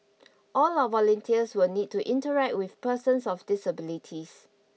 all our volunteers will need to interact with persons of disabilities